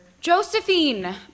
Josephine